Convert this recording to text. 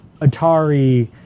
Atari